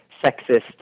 sexist